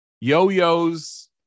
Yo-yos